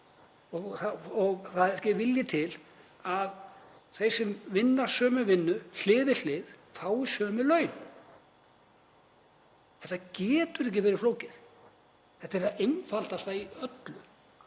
og það er ekki vilji til þess, að fólk sem vinnur sömu vinnu hlið við hlið fái sömu laun. Þetta getur ekki verið flókið. Þetta er það einfaldasta af öllu,